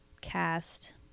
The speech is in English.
cast